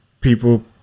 people